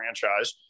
franchise